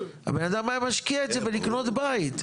הבן אדם היה משקיע את זה בלקנות בית.